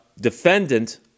defendant